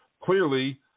clearly